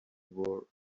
world